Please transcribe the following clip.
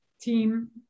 team